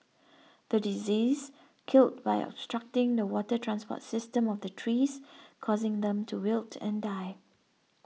the disease killed by obstructing the water transport system of the trees causing them to wilt and die